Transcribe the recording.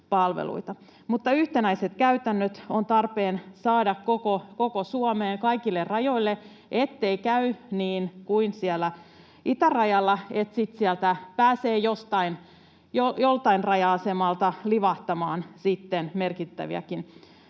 yhtenäiset käytännöt on tarpeen saada koko Suomeen kaikille rajoille, ettei käy niin kuin siellä itärajalla, että sitten sieltä pääsee joltain raja-asemalta livahtamaan merkittäviäkin